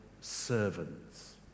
servants